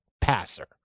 passer